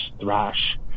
thrash